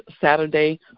Saturday